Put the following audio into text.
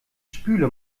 spüle